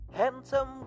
Handsome